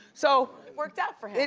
so worked out for him.